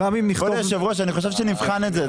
כבוד היושב-ראש, אני חושב שנבחן את זה.